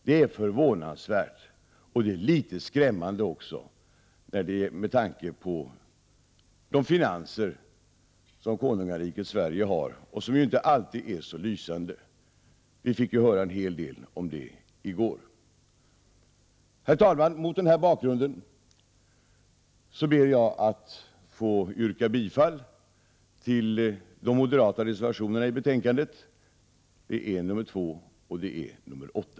Det är förvånansvärt och även litet skrämmande med tanke på de finanser som konungariket Sverige har och som inte alltid är så lysande. Vi fick ju höra en hel del om det i går. Herr talman! Mot denna bakgrund ber jag att få yrka bifall till de moderata reservationerna i betänkandet, nämligen nr 2 och 8.